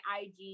IG